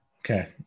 Okay